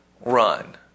run